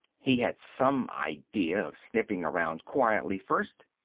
he had some idea of sniffing around quietly first,